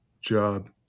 job